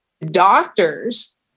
Doctors